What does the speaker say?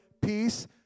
peace